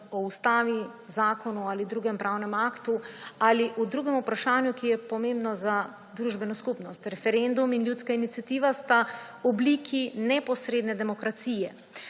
o Ustavi, zakonu ali drugem pravnem aktu ali o drugem vprašanju, ki je pomembno za družbeno skupnost. Referendum in ljudska iniciativa sta obliki neposredne demokracije.